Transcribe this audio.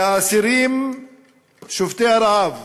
שהאסירים שובתי הרעב,